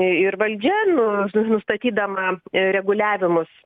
ir valdžia nu nustatydama reguliavimus